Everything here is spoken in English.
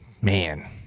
man